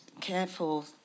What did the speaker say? careful